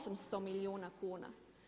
800 milijuna kuna.